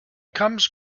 comes